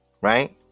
Right